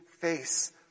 face